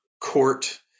court